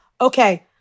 Okay